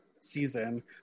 season